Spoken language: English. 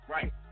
Right